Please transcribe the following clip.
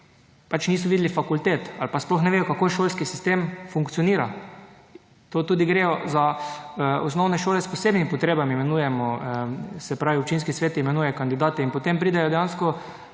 pač niso videli fakultet ali pa sploh ne vedo kako šolski sistem funkcionira. To tudi gre za osnovne šole s posebnimi potrebami, imenujemo, se pravi, občinski svet imenuje kandidate in potem pridejo dejansko